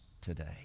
today